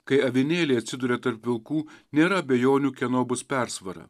kai avinėliai atsiduria tarp vilkų nėra abejonių kieno bus persvara